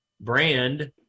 brand